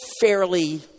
fairly